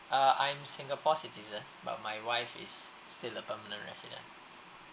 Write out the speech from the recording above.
uh I'm singapore citizen but my wife is still a permanent resident